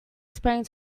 sprang